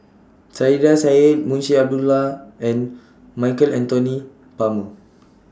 Saiedah Said Munshi Abdullah and Michael Anthony Palmer